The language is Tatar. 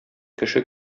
кеше